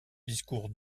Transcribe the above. discours